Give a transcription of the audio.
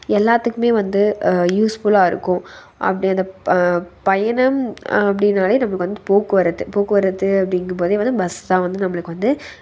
எல்லாத்துக்குமே வந்து யூஸ்ஃபுல்லாக இருக்கும் அப்படி அந்த பயணம் அப்படினாலே நம்மளுக்கு வந்து போக்குவரத்து போக்குவரத்து அப்படிங்கும் போதே வந்து பஸ் தான் வந்து நம்மளுக்கு வந்து